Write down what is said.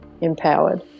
empowered